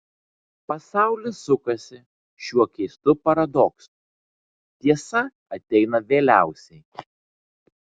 pasaulis sukasi šiuo keistu paradoksu tiesa ateina vėliausiai